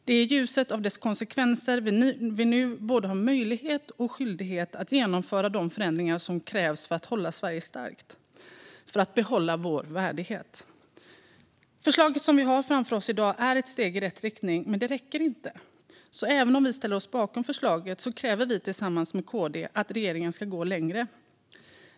I ljuset av dess konsekvenser har vi både möjlighet och skyldighet att genomföra de förändringar som krävs för att stärka Sverige och behålla vår värdighet. Förslaget vi har framför oss är ett steg i rätt riktning, men det räcker inte. Även om vi ställer oss bakom förslaget kräver vi tillsammans med KD att regeringen ska gå längre.